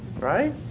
Right